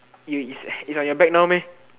you it's it's on your bag now meh